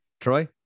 troy